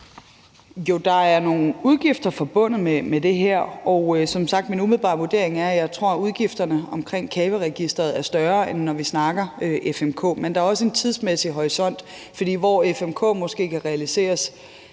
der er nogle udgifter forbundet med det her, og som sagt er min umiddelbare vurdering, at jeg tror, at udgifterne til CAVE-registeret er større, end når vi snakker om FMK. Men der er også en tidsmæssig horisont, for hvor FMK måske kan realiseres